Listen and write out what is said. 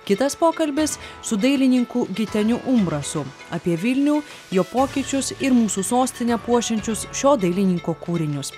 kitas pokalbis su dailininku giteniu umbrasu apie vilnių jo pokyčius ir mūsų sostinę puošiančius šio dailininko kūrinius